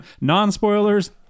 non-spoilers